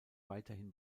weiterhin